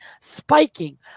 spiking